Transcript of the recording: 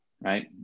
right